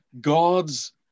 God's